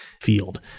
field